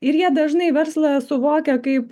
ir jie dažnai verslą suvokia kaip